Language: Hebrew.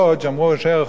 אמרו אנשי הרחוב השני,